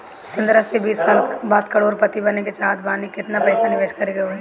पंद्रह से बीस साल बाद करोड़ पति बने के चाहता बानी केतना पइसा निवेस करे के होई?